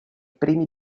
primi